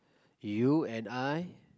you and I